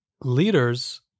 leaders